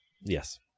yes